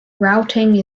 routing